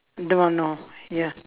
don't know ya